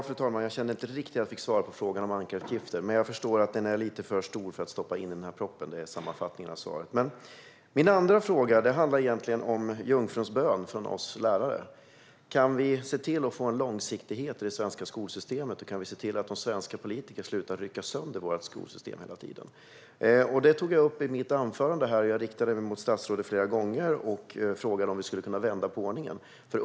Fru talman! Jag känner inte riktigt att jag fick svar på frågan om ankaruppgifter, men jag förstår att den är lite för stor för att tas med i propositionen. Det är sammanfattningen av svaret. Min andra fråga handlar om jungfruns bön från oss lärare. Kan vi få långsiktighet i det svenska skolsystemet, och kan vi se till att svenska politiker slutar rycka i våra skolsystem hela tiden? Jag tog upp frågan i mitt anförande, och jag riktade mig till statsrådet flera gånger och frågade om det går att vända på ordningen.